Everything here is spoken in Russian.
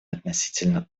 относительно